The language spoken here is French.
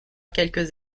quelques